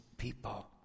People